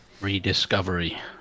Rediscovery